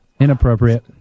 Inappropriate